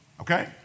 Okay